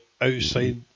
outside